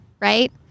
right